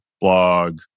blog